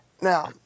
Now